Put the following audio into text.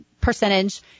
percentage